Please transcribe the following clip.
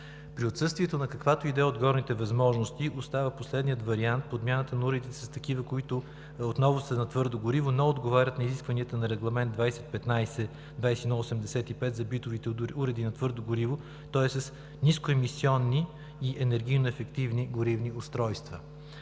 При отсъствието на каквато и да е от горните възможности, остава последният вариант – подмяната на уредите с такива, които отново са на твърдо гориво, но отговарят на изискванията на Регламент 2015/2185 за битовите уреди на твърдо гориво, тоест с ниско емисионни и енергийно ефективни горивни устройства.